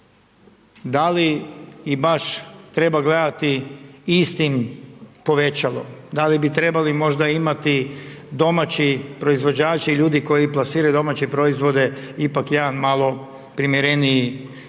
Da li ih baš treba gledati istim povećalom? Da li bi trebali možda imati domaći proizvođači i ljudi koji plasiraju domaće proizvode, ipak malo primjerenijih da velim,